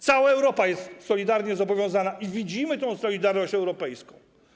Cała Europa jest do tego solidarnie zobowiązana i widzimy tę solidarność europejską.